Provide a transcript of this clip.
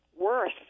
worth